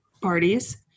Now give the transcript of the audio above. parties